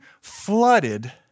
flooded